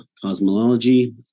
cosmology